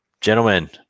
gentlemen